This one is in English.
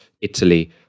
Italy